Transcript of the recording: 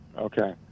okay